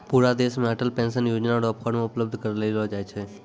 पूरा देश मे अटल पेंशन योजना र फॉर्म उपलब्ध करयलो जाय छै